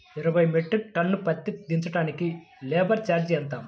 ఇరవై metric ton పత్తి దించటానికి లేబర్ ఛార్జీ ఎంత?